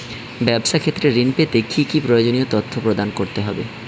ব্যাবসা ক্ষেত্রে ঋণ পেতে কি কি প্রয়োজনীয় তথ্য প্রদান করতে হবে?